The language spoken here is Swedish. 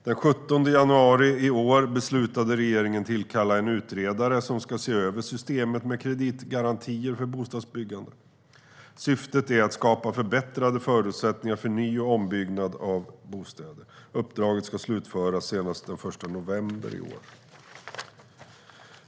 Den 17 januari i år beslutade regeringen att tillkalla en utredare som ska se över systemet med kreditgarantier för bostadsbyggande. Syftet är att skapa förbättrade förutsättningar för ny och ombyggnad av bostäder. Uppdraget ska slutföras senast den 1 november i år.